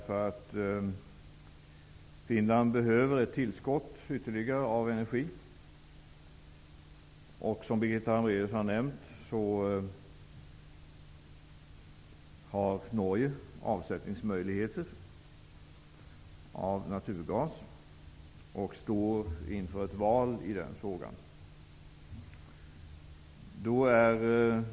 Finland behöver ett ytterligare tillskott av energi. Som Birgitta Hambraeus nämnde har Norge avsättningsmöjligheter av naturgas och står inför ett val i den frågan.